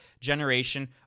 generation